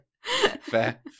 fair